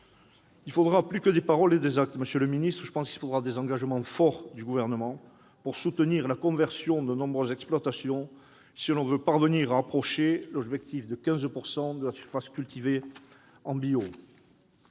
Il faudra plus que des paroles et des actes, monsieur le ministre : il faudra des engagements forts du Gouvernement pour soutenir la conversion de nombreuses exploitations si l'on veut parvenir à l'objectif de 15 % de la surface cultivée en bio.